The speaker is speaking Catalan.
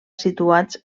situats